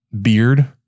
beard